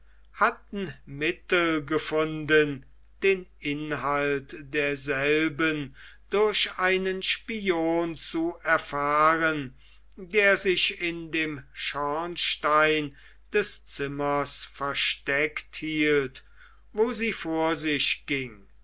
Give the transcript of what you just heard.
hatten mittel gefunden den inhalt derselben durch einen spion zu erfahren der sich in dem schornstein des zimmers versteckt hielt wo sie vor sich ging